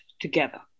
together